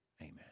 Amen